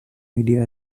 media